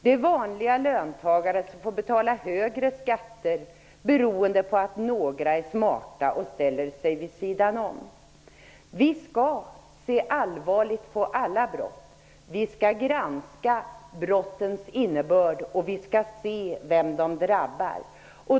Det är vanliga löntagare som får betala högre skatter beroende på att några är smarta och ställer sig vid sidan om. Vi skall se allvarligt på alla brott. Vi skall granska brottens innebörd, och vi skall se vem de drabbar.